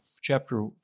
chapter